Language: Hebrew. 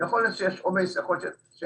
יכול להיות מעומס או מסיבות אחרות.